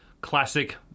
classic